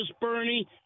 Bernie